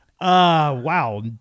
Wow